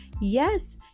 yes